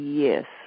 yes